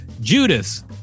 Judas